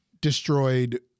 destroyed